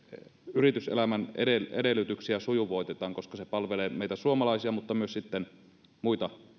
yrityselämän edellytyksiä sujuvoitetaan koska se palvelee meitä suomalaisia mutta myös sitten muita